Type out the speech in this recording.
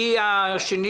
מי השני